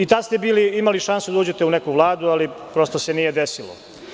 I tada ste imali šansu da uđete u neku vladu, ali prosto se nije desilo.